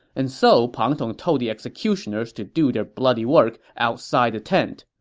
and so pang tong told the executioners to do their bloody work outside the tent.